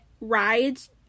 rides